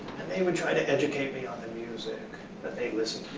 and they would try to educate me on the music, that they listen